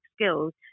skills